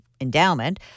endowment